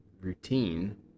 routine